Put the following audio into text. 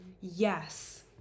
Yes